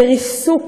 בריסוק